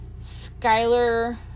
Skyler